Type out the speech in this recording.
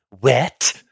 wet